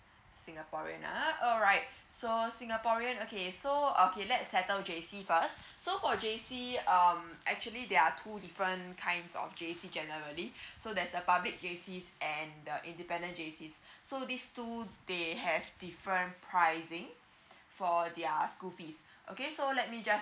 singaporean ah alright so singaporean okay so okay let's settle J_C first so for J_C um actually there are two different kinds of J_C generally so there's a public J_C and the independence J_C so these two they have different pricing for their school fees okay so let me just